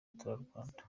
baturarwanda